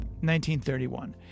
1931